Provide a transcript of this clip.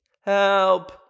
help